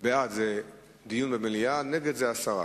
בעד זה דיון במליאה, נגד זה הסרה.